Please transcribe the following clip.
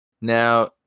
Now